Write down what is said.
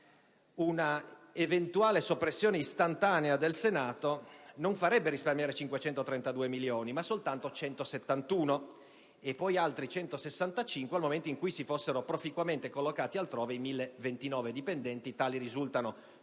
l'eventuale soppressione istantanea del Senato non farebbe risparmiare 532 milioni, ma solo 171 e altri 165 nel momento in cui si fossero proficuamente collocati altrove i 1.029 dipendenti (tanti risultano